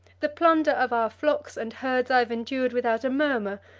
the plunder of our flocks and herds i have endured without a murmur,